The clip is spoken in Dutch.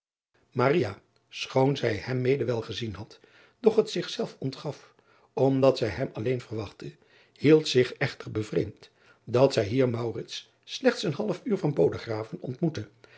schoon zij hem mede wel gezien had doch het zich ontgaf omdat zij hem alleen verwachtte hield zich echter bevreemd dat zij hier slechts een halfuur van odegraven ontmoette